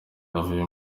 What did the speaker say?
yavuye